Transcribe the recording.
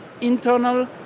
internal